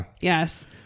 Yes